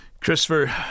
Christopher